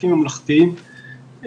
חוקים ממלכתיים,